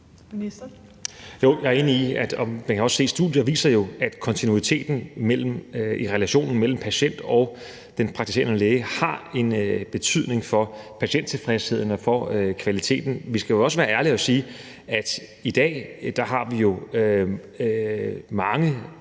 jeg er enig. Og studier viser jo, at kontinuiteten i relationen mellem patient og den praktiserende læge har en betydning for patienttilfredsheden og for kvaliteten. Vi skal også være ærlige og sige, at i dag har vi jo mange